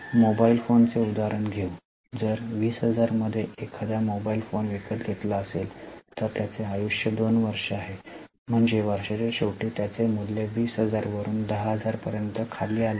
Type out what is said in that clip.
mobile फोनचे उदाहरण घेऊ जर 20000 मध्ये एखादा मोबाइल फोन विकत घेतला असेल तर त्याचे आयुष्य 2 वर्ष आहे म्हणजे वर्षाच्या शेवटी त्याचे मूल्य 20000 वरून 10000 पर्यंत खाली आले आहे